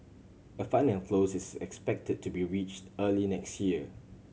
a final close is expected to be reached early next year